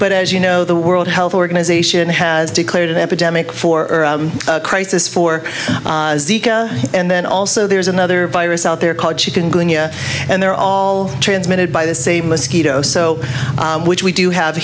but as you know the world health organization has declared an epidemic for crisis four and then also there's another virus out there called she didn't and they're all transmitted by the same mosquito so which we do have